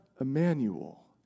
Emmanuel